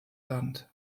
land